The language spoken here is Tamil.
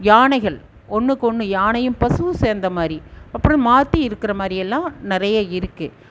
யானைகள் ஒன்னுக்கொன்று யானையும் பசுவும் சேர்ந்த மாதிரி அப்புறம் மாற்றி இருக்கிற மாதிரி எல்லாம் நிறைய இருக்குது